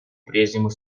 прежнему